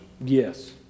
Yes